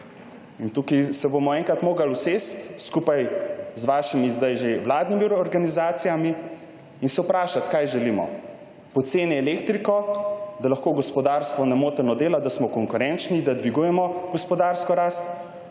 Tukaj se bomo enkrat morali usesti skupaj z vašimi zdaj že vladnimi organizacijami in se vprašati, kaj želimo: ali poceni elektriko, da lahko gospodarstvo nemoteno dela, da smo konkurenčni, da dvigujemo gospodarsko rast,